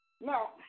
Now